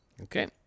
Okay